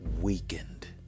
weakened